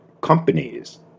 companies